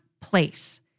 place